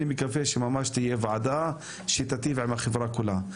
אני מקווה שממש תהיה ועדה שתטיב עם החברה כולה.